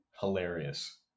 Hilarious